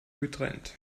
getrennt